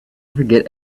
forget